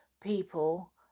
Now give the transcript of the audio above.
people